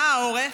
מה האורך?